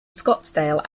scottsdale